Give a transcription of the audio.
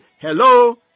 Hello